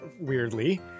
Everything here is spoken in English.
weirdly